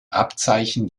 abzeichen